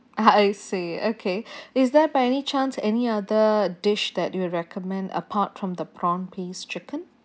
ah I see okay is there by any chance any other dish that you will recommend apart from the prawn paste chicken